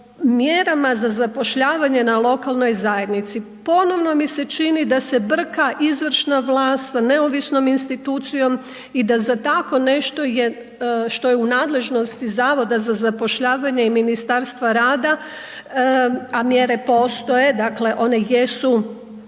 mjerama za zapošljavanje na lokalnoj zajednici. Ponovno mi se čini da se brka izvršna vlast sa neovisnom institucijom i da za tako nešto što je u nadležnosti Zavoda za zapošljavanje i Ministarstva rada a mjere postoje, dakle one jesu